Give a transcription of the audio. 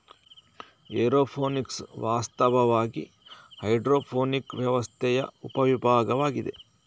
aeroponics ವಾಸ್ತವವಾಗಿ hydroponic ವ್ಯವಸ್ಥೆಯ ಉಪ ವಿಭಾಗವಾಗಿದೆ